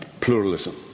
pluralism